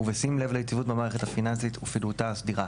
ובשים לב ליציבות המערכת הפיננסית ופעילותה הסדירה,